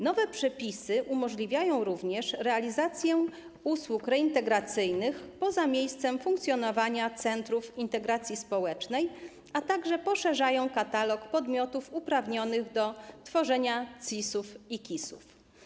Nowe przepisy umożliwiają również realizację usług reintegracyjnych poza miejscem funkcjonowania centrów integracji społecznej, a także poszerzają katalog podmiotów uprawnionych do tworzenia CIS-ów i KIS-ów.